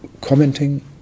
commenting